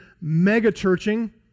mega-churching